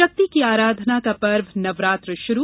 शक्ति की आराधना का पर्व नवरात्र शुरू